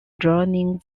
joining